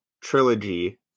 trilogy